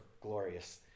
glorious